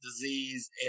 disease